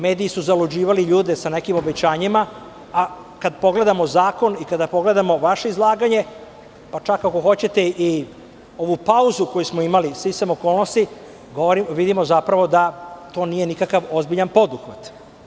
Mediji su zaluđivali ljude sa nekim obećanjima, a kad pogledamo zakon i kada pogledamo vaše izlaganje, pa čak ako hoćete i ovu pauzu koju smo imali sticajem okolnosti, vidimo da to nije nikakav ozbiljan poduhvat.